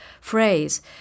phrase